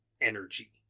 energy